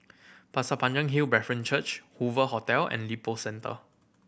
Pasir Panjang Hill Brethren Church Hoover Hotel and Lippo Centre